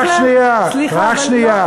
רק שנייה, רק שנייה.